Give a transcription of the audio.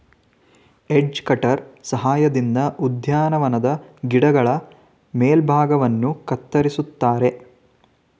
edge cutter ಸಹಾಯದಿಂದ ಉದ್ಯಾನವನದ ಗಿಡಗಳ ಮೇಲ್ಭಾಗವನ್ನು ಕತ್ತರಿಸುತ್ತಾರೆ